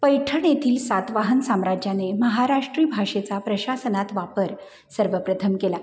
पैठणीतील सातवाहन साम्राज्याने महाराष्ट्रीय भाषेचा प्रशासनात वापर सर्वप्रथम केला